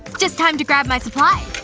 just time to grab my supplies